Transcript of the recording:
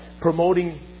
promoting